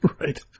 Right